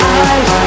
eyes